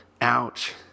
Ouch